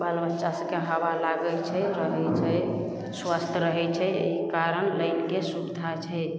बाल बच्चा सभकेँ हवा लागै छै गरमी छै स्वस्थ रहै छै एहि कारण लाइटके सुविधा छै